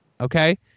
Okay